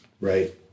Right